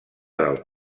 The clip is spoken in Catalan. del